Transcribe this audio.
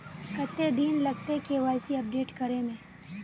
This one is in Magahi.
कते दिन लगते के.वाई.सी अपडेट करे में?